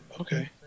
Okay